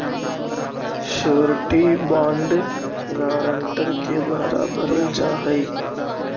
surety bond guarantor के द्वारा भरल जा हइ